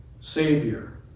Savior